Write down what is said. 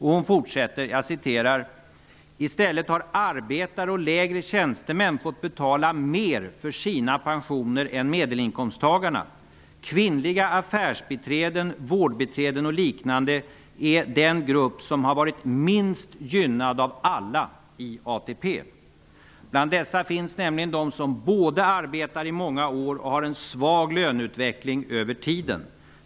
Hon fortsätter: ''I stället har arbetare och lägre tjänstemän fått betala mer för sina pensioner än medelinkomsttagarna. Kvinnliga affärsbiträden, vårdbiträden och liknande är som grupp minst gynnande av alla i ATP. Bland dessa finns nämligen de som både arbetar i många år och har en svag löneutveckling över tiden.